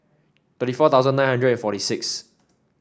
thirty four thousand nine hundred forty six